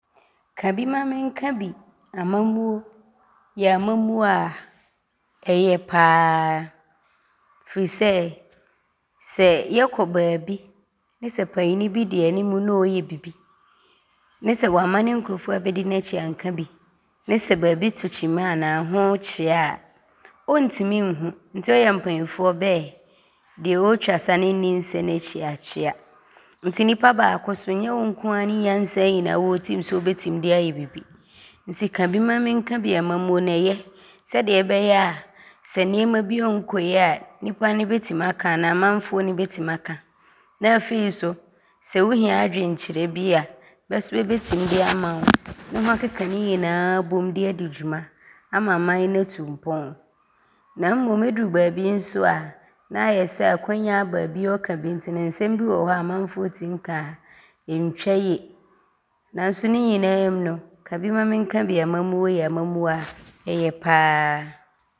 Ka bi ma menka bi amammuo yɛ amammuo a ɔyɛ pa ara firi sɛ, sɛ yɛkɔ baabi ne sɛ panin bi di animu ne ɔɔyɛ bibi ne sɛ woamma ne nkurofoɔ a bɛdi n’akyi anka bi a, ne sɛ baabi te kyima anaa hoo kyea a, ɔntim nhu nti ɔyɛ a mpanimfoɔ bɛɛ, “ deɛ ɔɔtwa sa ne nnim sɛ n’akyi akyea” nti nnipa baako so, nyɛ wo nko ara nyansaa nyinaa wɔ wo tim sɛ wobɛtim de ayɛ bibi nti ka bi ma menka bi amammuo no, ɔyɛ. Sɛdeɛ ɔbɛyɛ a sɛ nnoɔma bi ɔɔnkɔ yie a nnipa no bɛtim aka anaa ɔmanfoɔ no bɛtim aka ne afei so sɛ wohia adwenkyerɛ bi a, bɛ so bɛbɛtim de ama wo ne woakeka ne nyinaa abom de adi dwuma ama man no atu mpɔn na mmom ɔduru baabi so a ne aayɛ sɛ akwanya aba a biaa ɔɔka bi nti no nsɛm bi wɔ hɔ a ɔmanfoɔ tim ka a, ɔntwa yie nso ne nyinaa mu no, ka bi ma menka bi amammuo yɛ amammuo a ɔyɛ pa ara.